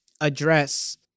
address